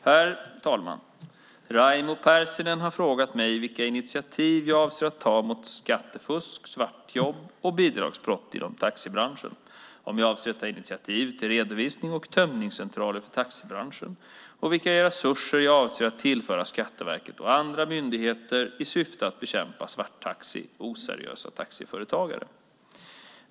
Herr talman! Raimo Pärssinen har frågat mig vilka initiativ jag avser att ta mot skattefusk, svartjobb och bidragsbrott inom taxibranschen, om jag avser att ta initiativ till redovisnings och tömningscentraler för taxibranschen och vilka resurser jag avser att tillföra Skatteverket och andra myndigheter i syfte att bekämpa svarttaxi och oseriösa taxiföretagare.